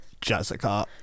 Jessica